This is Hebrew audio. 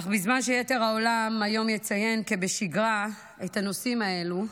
אך בזמן שיתר העולם יציין כבשגרה את הנושאים האלו,